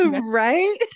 Right